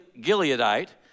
Gileadite